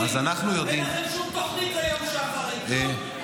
אין לכם שום תוכניות ליום שאחרי, כלום.